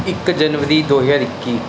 ਇੱਕ ਜਨਵਰੀ ਦੋ ਹਜ਼ਾਰ ਇੱਕੀ